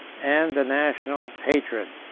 and the national hatred.